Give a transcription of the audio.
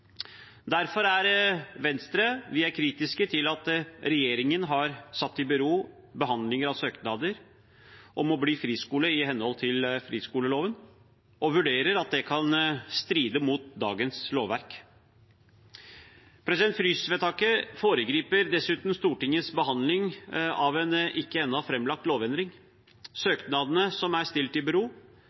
er Venstre kritiske til at regjeringen har stilt i bero behandlingen av søknader om å bli friskole i henhold til friskoleloven, og vurderer det slik at det kan stride mot dagens lovverk. Frysvedtaket foregriper dessuten Stortingets behandling av en ikke ennå framlagt lovendring. Søknadene som er stilt i bero,